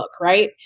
right